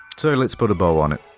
so let's put a bow on it.